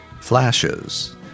Flashes